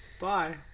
Bye